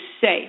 safe